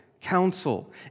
counsel